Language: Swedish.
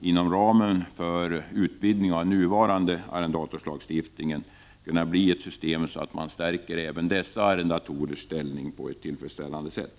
inom ramen för utvidgningen av nuvarande arrendatorslagstiftning skall kunna bli ett system där även dessa arrendatorers ställning stärks på ett tillfredsställande sätt.